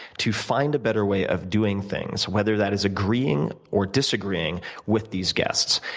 to find a better way of doing things, whether that is agreeing or disagreeing with these guests.